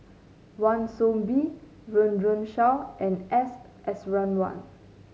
Wan Soon Bee Run Run Shaw and S Iswaran